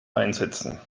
einsetzen